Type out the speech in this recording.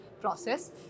process